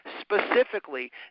specifically